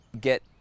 get